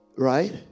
right